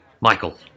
Michael